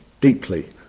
deeply